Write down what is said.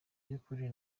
by’ukuri